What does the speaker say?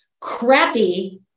crappy